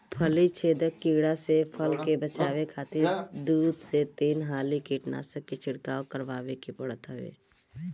फली छेदक कीड़ा से फसल के बचावे खातिर दू से तीन हाली कीटनाशक के छिड़काव करवावे के पड़त हवे